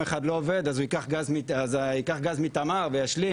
אחד לא עובד אז הוא ייקח גז מתמר וישלים,